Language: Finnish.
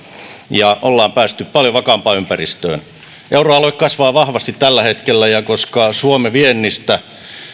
ja olemme päässeet paljon vakaampaan ympäristöön euroalue kasvaa vahvasti tällä hetkellä ja koska suomen viennistä